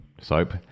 soap